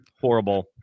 Horrible